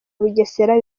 bugesera